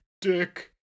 Dick